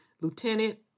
Lieutenant